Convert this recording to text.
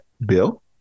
bill